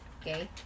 okay